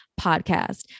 podcast